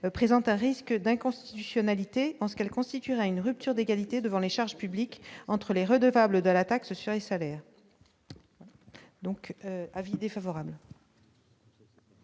présentent un risque d'inconstitutionnalité pensent qu'elle constituerait une rupture d'égalité devant les charges publiques entre les redevables de la taxe sur les salaires. Donc, avis défavorable.